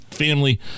family